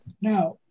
Now